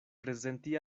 prezenti